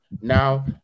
Now